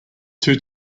two